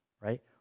right